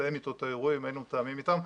לתאם איתו את האירועים היינו מתאמים איתם.